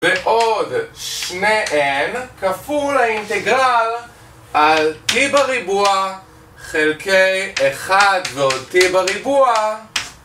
ועוד שניהם כפול האינטגרל על t בריבוע חלקי 1 ועוד t בריבוע.